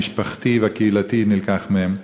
המשפחתי והקהילתי נלקח מהם,